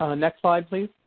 ah next slide, please.